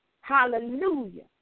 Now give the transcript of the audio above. Hallelujah